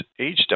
age